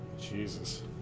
Jesus